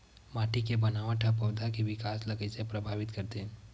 माटी के बनावट हा पौधा के विकास ला कइसे प्रभावित करथे?